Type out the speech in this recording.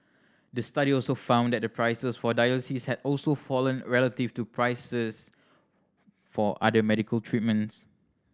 the study also found that the prices for dialysis had also fallen relative to prices for other medical treatments